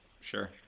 Sure